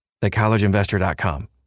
Thecollegeinvestor.com